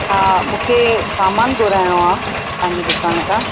हा मूंखे सामानु घुराइणो आहे तव्हांजी दुकानु तां